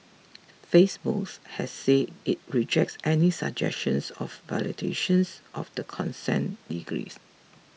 Facebook has say it rejects any suggestions of violations of the consent decree